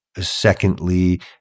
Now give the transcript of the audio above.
Secondly